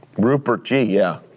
rupert, gee yeah,